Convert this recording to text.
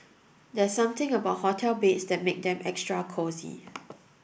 there's something about hotel beds that make them extra cosy